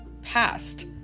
past